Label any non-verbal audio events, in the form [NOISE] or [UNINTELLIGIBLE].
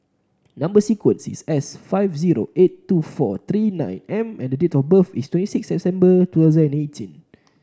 number sequence is S five zero eight two four three nine M and the date of birth is twenty six September [UNINTELLIGIBLE]